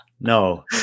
no